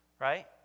right